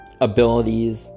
abilities